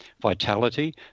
vitality